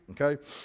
okay